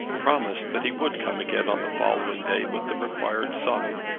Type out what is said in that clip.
promised that he would come again on the following day with the required sum.